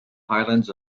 highlands